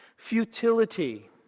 Futility